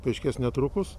paaiškės netrukus